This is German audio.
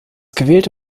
gewählte